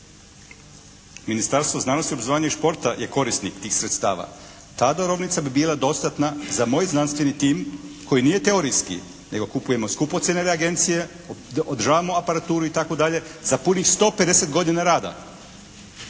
Ministarstvo znanosti, obrazovanja i športa je korisnik tih sredstava. Ta darovnica bi bila dostatna za moj znanstveni tim koji nije teorijski nego kupujemo skupocjene agencije, održavamo aparaturu i tako dalje za punih 150 godina rada.